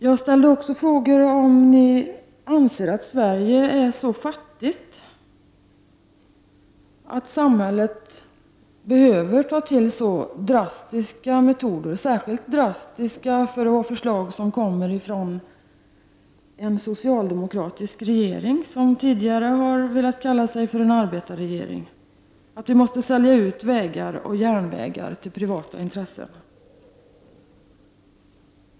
Jag ställde också frågan om ni anser att Sverige är så fattigt att samhället behöver ta till så drastiska metoder — särskilt drastiska för att vara förslag som kommer från en socialdemokratisk regering som tidigare har velat kalla sig för en arbetarregering — att vi måste sälja ut vägar och järnvägar till privata intressen.